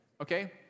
Okay